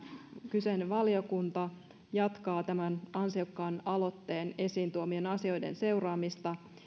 kyseinen valiokunta jatkaa tämän ansiokkaan aloitteen esiin tuomien asioiden seuraamista